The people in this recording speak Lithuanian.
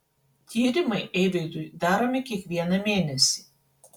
tyrimai eivydui daromi kiekvieną mėnesį